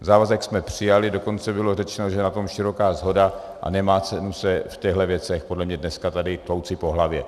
Závazek jsme přijali, dokonce bylo řečeno, že je na tom široká shoda, a nemá cenu se v těchto věcech podle mě dneska tady tlouci po hlavě.